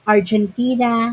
Argentina